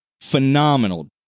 Phenomenal